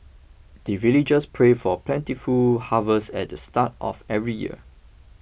the villagers pray for plentiful harvest at the start of every year